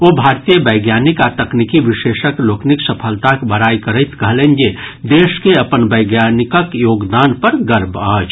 ओ भारतीय वैज्ञानिक आ तकनीकी विशेषज्ञ लोकनिक सफलताक बड़ाई करैत कहलनि जे देश के अपन वैज्ञानिकक योगदान पर गर्व अछि